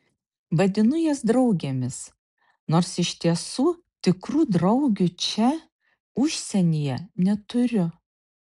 vadinu jas draugėmis nors iš tiesų tikrų draugių čia užsienyje neturiu